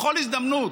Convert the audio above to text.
בכל הזדמנות,